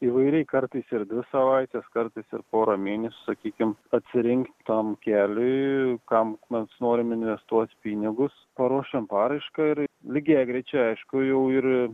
įvairiai kartais ir dvi savaites kartais ir porą mėnesių sakykim atsirinkt tam keliui kam mes norim investuot pinigus paruošiam paraišką ir lygiagrečiai aišku jau ir